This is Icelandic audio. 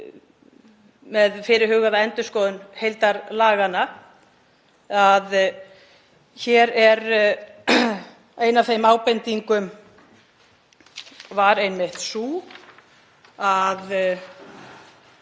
með fyrirhugaða endurskoðun heildarlaganna, að ein af þeim ábendingum var einmitt sú að